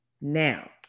Now